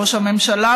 ראש הממשלה,